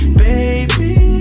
baby